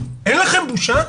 אין לכם בושה?